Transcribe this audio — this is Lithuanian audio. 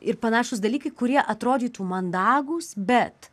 ir panašūs dalykai kurie atrodytų mandagūs bet